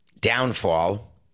downfall